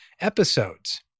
episodes